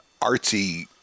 artsy